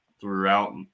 throughout